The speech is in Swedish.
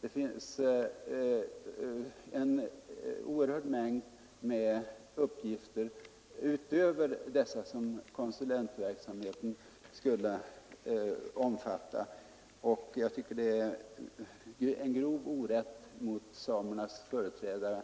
Det finns en oerhörd mängd uppgifter utöver dem som konsulentverksamheten skulle omfatta, och jag tycker det är en grov orätt mot samernas företrädare